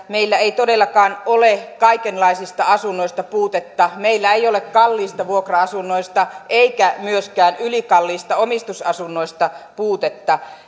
meillä ei todellakaan ole kaikenlaisista asunnoista puutetta meillä ei ole kalliista vuokra asunnoista eikä myöskään ylikalliista omistusasunnoista puutetta